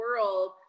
world